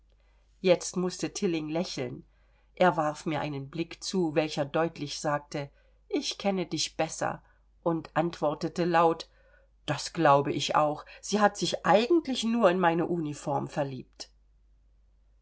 jetzt mußte tilling lächeln er warf mir einen blick zu welcher deutlich sagte ich kenne dich besser und antwortete laut das glaube ich auch sie hat sich eigentlich nur in meine uniform verliebt